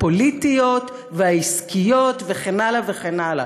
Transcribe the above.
הפוליטיות, העסקיות, וכן הלאה וכן הלאה.